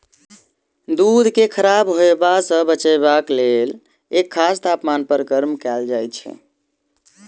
दूध के खराब होयबा सॅ बचयबाक लेल एक खास तापमान पर गर्म कयल जाइत छै